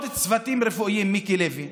צוותים רפואיים, מיקי לוי,